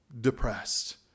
depressed